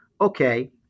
okay